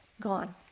gone